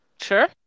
Sure